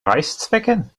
reißzwecken